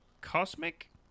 Cosmic